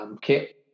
kit